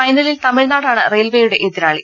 ഫൈനലിൽ തമിഴ്നാടാണ് റെയിൽവെയുട്ടെ എതിരാളി